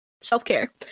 Self-care